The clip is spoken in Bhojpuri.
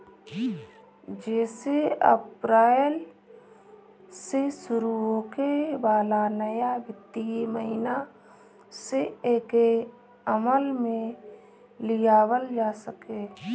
जेसे अप्रैल से शुरू होखे वाला नया वित्तीय महिना से एके अमल में लियावल जा सके